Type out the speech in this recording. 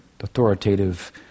authoritative